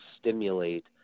stimulate